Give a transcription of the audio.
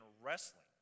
wrestling